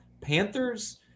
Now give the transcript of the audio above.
Panthers